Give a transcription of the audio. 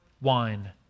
wine